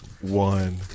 One